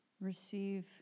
receive